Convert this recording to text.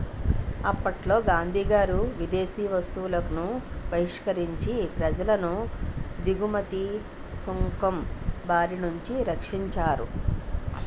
అప్పట్లో గాంధీగారు విదేశీ వస్తువులను బహిష్కరించి ప్రజలను దిగుమతి సుంకం బారినుండి రక్షించారు